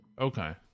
Okay